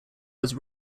was